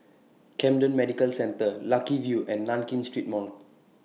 Camden Medical Centre Lucky View and Nankin Street Mall